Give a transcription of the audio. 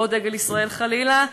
לא דגל ישראל חלילה,